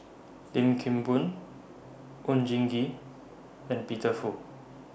Lim Kim Boon Oon Jin Gee and Peter Fu